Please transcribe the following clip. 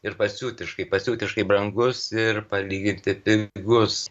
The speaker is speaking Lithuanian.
ir pasiutiškai pasiutiškai brangus ir palyginti pigus